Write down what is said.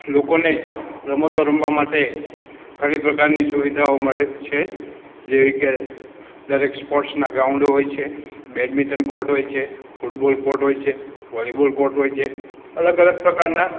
લોકોને રમતો રમવા માટે ઘણી પ્રકારની સુવિધાઓ મળે છે જેવી કે દરેક સ્પોર્ટ્સના ગ્રાઉન્ડો હોય છે બેડમિંંટન કોર્ટ હોય છે ફૂટબોલ કોર્ટ હોય છે વૉલીબોલ કોર્ટ હોય છે અલગ અલગ પ્રકારના